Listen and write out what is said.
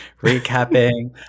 recapping